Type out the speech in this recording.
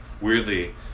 weirdly